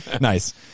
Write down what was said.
Nice